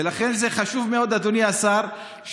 ולכן זה חשוב מאוד, אדוני השר, מאה אחוז.